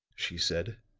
she said.